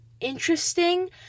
interesting